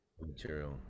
material